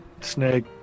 Snake